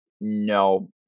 no